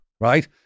right